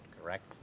correct